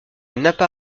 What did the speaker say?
napa